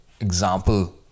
example